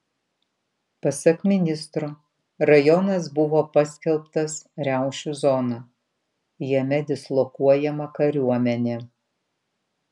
pasak ministro rajonas buvo paskelbtas riaušių zona jame dislokuojama kariuomenė